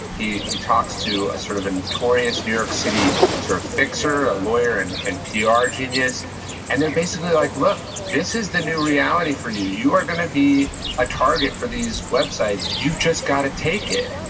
he he talks to a sort of a notorious new york city sort of fixer, a lawyer and pr genius and they're basically like, look, this is the new reality for you. you are going to be a target for these websites. you've just got to take it.